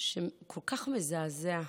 כל כך מזעזע.